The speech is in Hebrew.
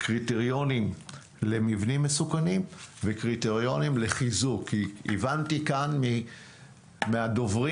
קריטריונים למבנים מסוכנים וקריטריונים לחיזוק כי הבנתי כאן מהדוברים